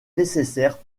nécessaire